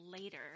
later